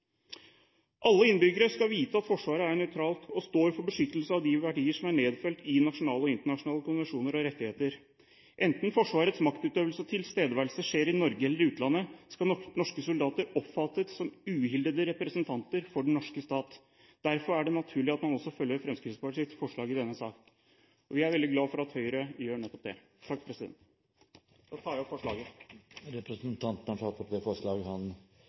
Alle innbyggere skal vite at Forsvaret er nøytralt og står for beskyttelse av de verdier som er nedfelt i nasjonale og internasjonale konvensjoner og rettigheter. Enten Forsvarets maktutøvelse og tilstedeværelse skjer i Norge eller utlandet, skal norske soldater oppfattes som uhildete representanter for den norske stat. Derfor er det naturlig at man også følger Fremskrittspartiets forslag i denne sak, og vi er veldig glad for at Høyre gjør nettopp det. Jeg tar opp forslaget. Representanten Tom Staahle har tatt opp det forslaget han